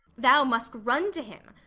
thou must run to him,